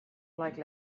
like